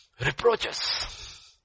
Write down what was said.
Reproaches